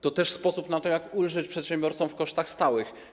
To też sposób na to, jak ulżyć przedsiębiorcom w kosztach stałych.